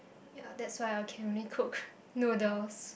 yet that's why I can only cook noodles